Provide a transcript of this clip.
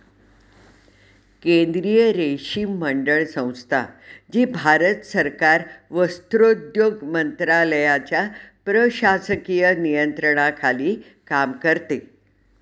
केंद्रीय रेशीम मंडळ संस्था, जी भारत सरकार वस्त्रोद्योग मंत्रालयाच्या प्रशासकीय नियंत्रणाखाली काम करते